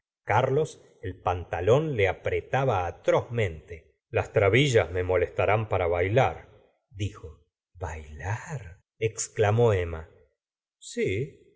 carlos el pantalón le apretaba atrozmente las trabillas me molestarán para bailardijo bailar exclamó emma has